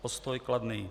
Postoj kladný.